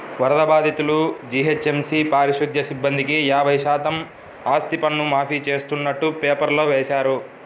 వరద బాధితులు, జీహెచ్ఎంసీ పారిశుధ్య సిబ్బందికి యాభై శాతం ఆస్తిపన్ను మాఫీ చేస్తున్నట్టు పేపర్లో వేశారు